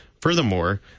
Furthermore